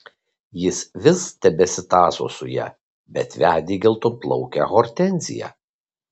jis vis tebesitąso su ja bet vedė geltonplaukę hortenziją